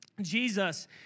Jesus